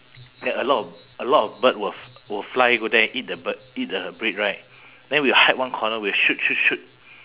then a lot of a lot of bird will will fly go there eat the bird eat the bread right then we'll hide one corner we'll shoot shoot shoot